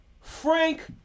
Frank